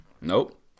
Nope